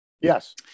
Yes